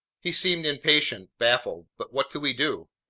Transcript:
he seemed impatient, baffled. but what could we do?